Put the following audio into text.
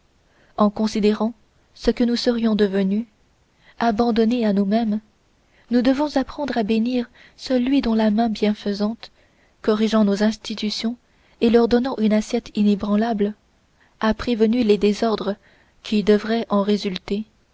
en considérant ce que nous serions devenus abandonnés à nous-mêmes nous devons apprendre à bénir celui dont la main bienfaisante corrigeant nos institutions et leur donnant une assiette inébranlable a prévenu les désordres qui devraient en résulter